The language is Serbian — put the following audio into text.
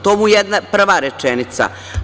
To mu je prva rečenica.